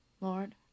Lord